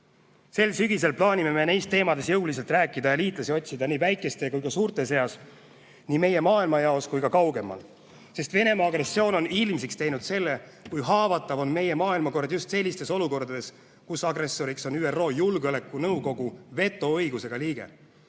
Sel sügisel plaanime me neil teemadel jõuliselt rääkida ja liitlasi otsida nii väikeste kui ka suurte seast, nii meie maailmajaost kui ka kaugemalt. Sest Venemaa agressioon on ilmsiks teinud, kui haavatav on meie maailmakord just sellistes olukordades, kus agressoriks on ÜRO Julgeolekunõukogu vetoõigusega liige.